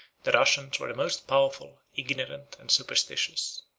the russians were the most powerful, ignorant, and superstitious.